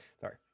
sorry